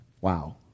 Wow